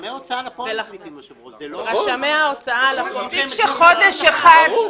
רשמי ההוצאה לפועל מחליטים בזה, אדוני היושב-ראש.